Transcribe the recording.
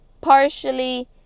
partially